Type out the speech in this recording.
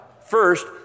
First